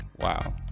Wow